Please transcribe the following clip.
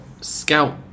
scout